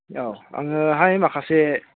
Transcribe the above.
औ आङोहाय माखासे